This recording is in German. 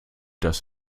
dass